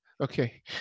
Okay